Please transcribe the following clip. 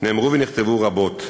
נאמר ונכתב רבות,